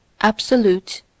absolute